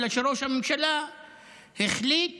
אלא שראש הממשלה החליט